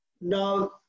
Now